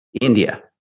India